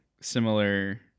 similar